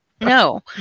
No